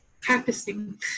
practicing